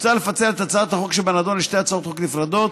מוצע לפצל את הצעת החוק שבנדון לשתי הצעות חוק נפרדות,